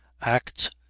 acts